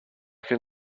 can